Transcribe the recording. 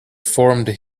formed